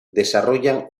desarrollan